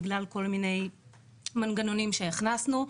בגלל כל מיני מנגנונים שהכנסנו.